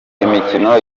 imikino